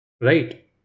right